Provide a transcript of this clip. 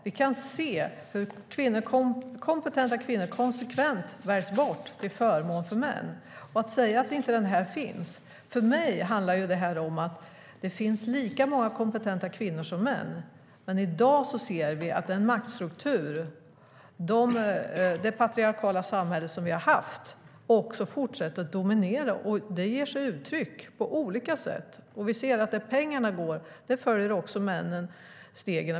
Vi kan se hur kompetenta kvinnor konsekvent väljs bort till förmån för män. För mig handlar detta om att det finns lika många kompetenta kvinnor som män, men i dag ser vi att en maktstruktur - det patriarkala samhälle som vi har haft - fortsätter att dominera. Det tar sig uttryck på olika sätt. Vi ser att pengarna följer männen i stegen.